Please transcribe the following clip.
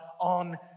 on